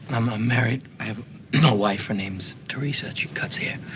i'm ah married, i have a you know wife her name's theresa and she cuts hair.